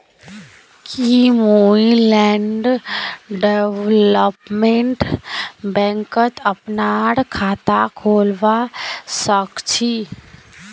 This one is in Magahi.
की मुई लैंड डेवलपमेंट बैंकत अपनार खाता खोलवा स ख छी?